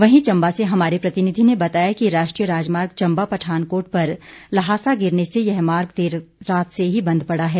वहीं चंबा से हमारे प्रतिनिधि ने बताया कि राष्ट्रीय राजमार्ग चंबा पठानकोर्ट पर लहासा गिरने से यह मार्ग देर रात से ही बंद पड़ा है